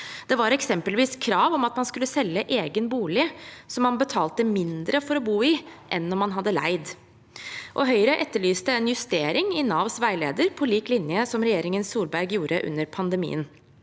Det var eksempelvis krav om at man skulle selge egen bolig som man betalte mindre for å bo i enn om man hadde leid. Høyre etterlyste en justering i Navs veileder på samme måte som regjeringen Solberg gjorde under pandemien.